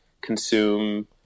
consume